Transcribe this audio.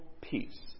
peace